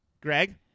Greg